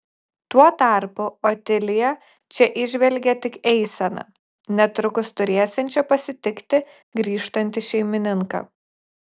tuo tarpu otilija čia įžvelgė tik eiseną netrukus turėsiančią pasitikti grįžtantį šeimininką